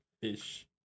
fish